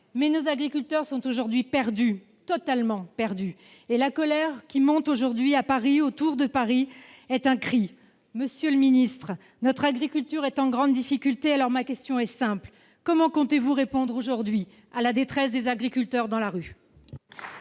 nos agriculteurs sont aujourd'hui perdus, totalement perdus, et la colère qui s'exprime aujourd'hui à Paris et aux alentours est un cri. Monsieur le ministre, notre agriculture est en grande difficulté. Ma question est simple : comment comptez-vous répondre aujourd'hui à la détresse des agriculteurs descendus